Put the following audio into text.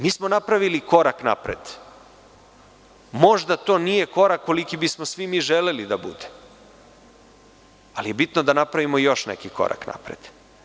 Mi smo napravili korak napred, možda to nije korak koliki bismo svi mi želeli da bude, ali je bitno da napravimo još neki korak napred.